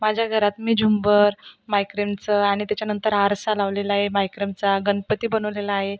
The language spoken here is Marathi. माझ्या घरात मी झुंबर मायक्रमचं आणि त्याच्यानंतर आरसा लावलेला आहे मायक्रमचा गणपती बनवलेला आहे